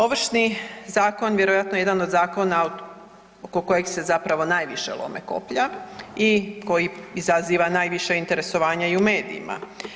Ovršni zakon vjerojatno je jedan od zakona oko kojeg se zapravo najviše lome koplja i koji izaziva najviše interesovanja i u medijima.